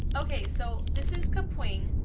okay so this is kapwing.